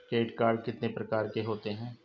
Credit card कितने प्रकार के होते हैं?